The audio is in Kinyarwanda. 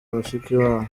mushikiwabo